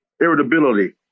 irritability